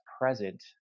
present